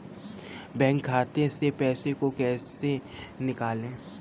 Bank खाते से पैसे को कैसे निकालें?